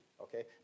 okay